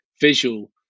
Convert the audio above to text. visual